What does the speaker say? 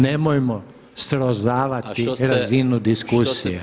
Nemojmo srozavati razinu diskusije.